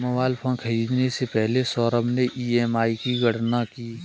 mobile phone खरीदने से पहले सौरभ ने ई.एम.आई की गणना की